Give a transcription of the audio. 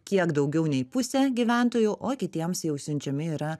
kiek daugiau nei pusė gyventojų o kitiems jau siunčiami yra